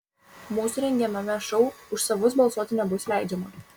mūsų rengiamame šou už savus balsuoti nebus leidžiama